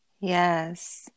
Yes